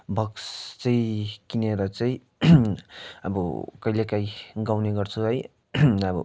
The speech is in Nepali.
बक्स चाहिँ किनेर चाहिँ अब कहिले काहीँ गाउने गर्छु है अब